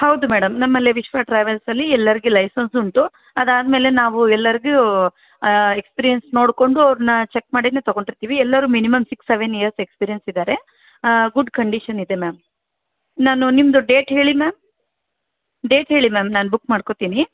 ಹೌದು ಮೇಡಮ್ ನಮ್ಮಲ್ಲೇ ವಿಶ್ವ ಟ್ರಾವೆಲ್ಸ್ ಅಲ್ಲಿ ಎಲ್ಲರ್ಗೆ ಲೈಸೆನ್ಸ್ ಉಂಟು ಆದಾದ್ಮೇಲೆ ನಾವು ಎಲ್ಲಾರ್ಗೂ ಎಕ್ಸ್ಪೀರಿಯನ್ಸ್ ನೋಡ್ಕೊಂಡು ಅವ್ರ್ನ ಚೆಕ್ ಮಾಡಿನೇ ತಗೊಂಡು ಇರ್ತೀವಿ ಎಲ್ಲಾರು minimum six seven years experience ಇದಾರೆ ಗುಡ್ ಕಂಡೀಷನ್ ಇದೆ ಮ್ಯಾಮ್ ನಾನು ನಿಮ್ಮದು ಡೇಟ್ ಹೇಳಿ ಮ್ಯಾಮ್ ಡೇಟ್ ಹೇಳಿ ಮ್ಯಾಮ್ ನಾನು ಬುಕ್ ಮಾಡ್ಕೋತೀನಿ